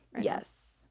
Yes